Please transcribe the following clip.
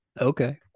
Okay